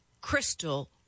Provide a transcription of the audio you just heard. crystal